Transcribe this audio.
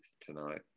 tonight